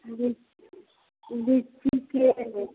ली लीचीके